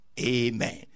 amen